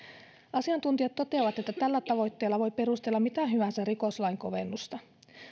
asiantuntijat toteavat että tällä tavoitteella voi perustella mitä hyvänsä rikoslain kovennusta